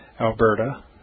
Alberta